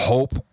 Hope